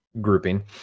grouping